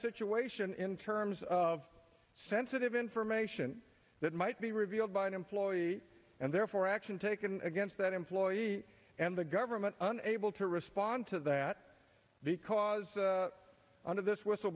situation in terms of sensitive information that might be revealed by an employee and therefore action taken against that employee and the government unable to respond to that because under this whistle